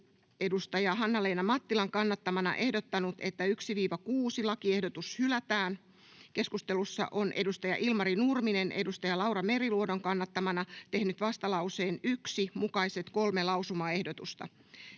edustaja Hanna-Leena Mattilan kannattamana ehdottanut, että 1.—6. lakiehdotus hylätään. Keskustelussa edustaja Ilmari Nurminen on edustaja Laura Meriluodon kannattamana tehnyt vastalauseen 1 mukaiset kolme lausumaehdotusta.